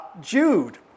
Jude